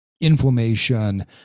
inflammation